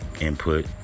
input